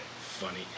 funny